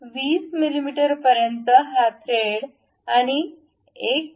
तर 20 मिमी पर्यंत हा थ्रेड आणि 1